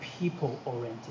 people-oriented